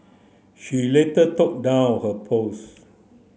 she later took down her post